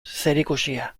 zerikusia